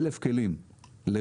1,000 כלים לחציון,